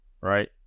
Right